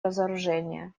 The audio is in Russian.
разоружение